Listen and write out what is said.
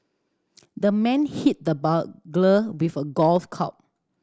the man hit the burglar with a golf club